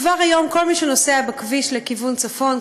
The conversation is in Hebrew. כבר היום כל מי שנוסע בכביש לכיוון צפון,